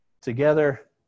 together